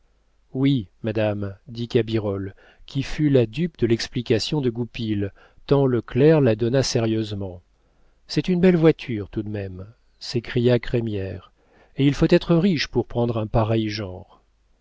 oui madame dit cabirolle qui fut la dupe de l'explication de goupil tant le clerc la donna sérieusement c'est une belle voiture tout de même s'écria crémière et il faut être riche pour prendre un pareil genre